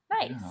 Nice